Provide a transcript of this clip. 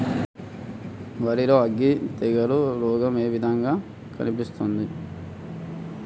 వరి లో అగ్గి తెగులు రోగం ఏ విధంగా కనిపిస్తుంది?